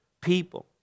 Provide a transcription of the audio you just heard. people